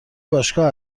باشگاه